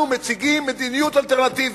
אנחנו מציגים מדיניות אלטרנטיבית,